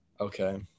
Okay